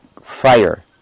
fire